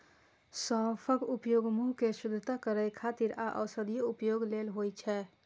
सौंफक उपयोग मुंह कें शुद्ध करै खातिर आ औषधीय उपयोग लेल होइ छै